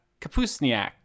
Kapusniak